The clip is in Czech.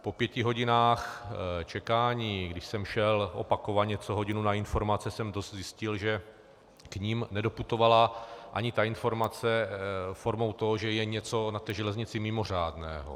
Po pěti hodinách čekání, kdy jsem šel opakovaně co hodinu na informace, jsem zjistil, že k nim nedoputovala ani ta informace, že je něco na té železnici mimořádného.